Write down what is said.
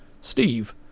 Steve